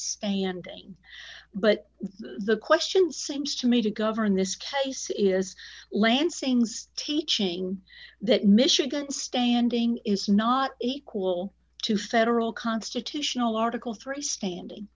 standing but the question seems to me to govern this case is lansing's teaching that michigan standing is not equal to federal constitutional article three standing